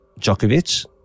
Djokovic